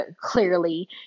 clearly